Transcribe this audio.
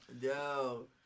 Yo